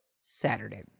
Saturday